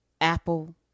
Apple